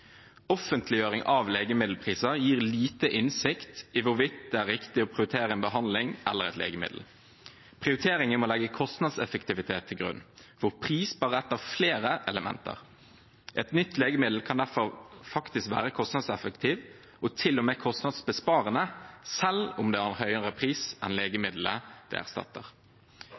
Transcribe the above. Offentliggjøring av legemiddelpriser gir liten innsikt i hvorvidt det er riktig å prioritere en behandling eller et legemiddel. Prioriteringen må legge kostnadseffektivitet til grunn, hvor pris bare er ett av flere elementer. Et nytt legemiddel kan derfor faktisk være kostnadseffektivt, og til og med kostnadsbesparende, selv om det har en høyere pris enn legemiddelet det erstatter.